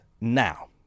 now